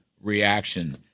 reaction